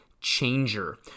changer